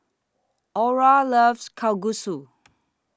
Orra loves Kalguksu